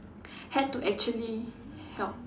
had to actually help